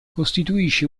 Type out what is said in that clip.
costituisce